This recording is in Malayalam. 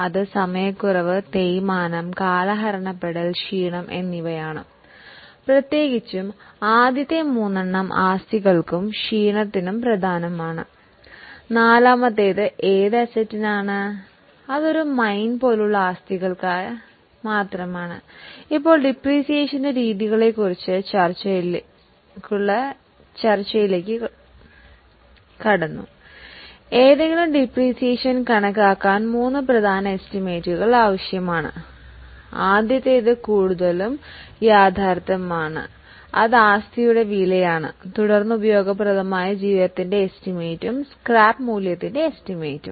അതിനാൽ ടൈം ലാപ്സ് എസ്റ്റിമേറ്റും മൂല്യത്തിന്റെ സ്ക്രാപ്പ് എസ്റ്റിമേറ്റും